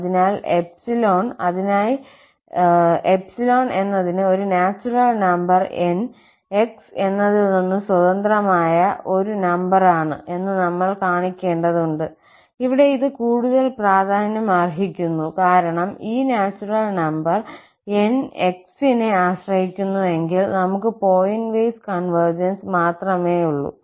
അതിനാൽ 𝜖 അതിനായി ∄ എന്നതിന് ഒരു നാച്ചുറൽ നമ്പർN 𝑥 എന്നതിൽ നിന്ന് സ്വതന്ത്രമായ ആയ ഒരു നമ്പർ ആണ് എന്ന് നമ്മൾ കാണിക്കേണ്ടതുണ്ട് ഇവിടെ ഇത് കൂടുതൽ പ്രാധാന്യം അർഹിക്കുന്നു കാരണം ഈ നാച്ചുറൽ നമ്പർ 𝑁 x നെ ആശ്രയിക്കുന്നുവെങ്കിൽ നമുക്ക് പോയിന്റ് വൈസ് കൺവെർജൻസ് മാത്രമേയുള്ളൂ